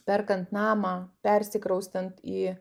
perkant namą persikraustant į